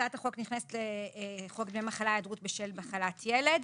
הצעת החוק נכנסת לחוק דמי מחלה (היעדרות בשל מחלת ילד).